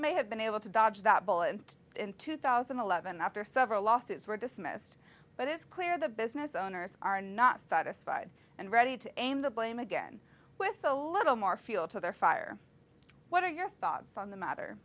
may have been able to dodge that bullet in two thousand and eleven after several lawsuits were dismissed but it's clear the business owners are not satisfied and ready to aim the blame again with a little more fuel to their fire what are your thoughts on the matter